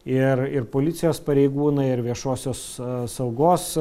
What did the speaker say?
ir ir policijos pareigūnai ir viešosios saugos